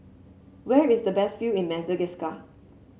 where is the best view in Madagascar